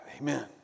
Amen